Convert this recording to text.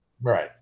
Right